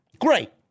Great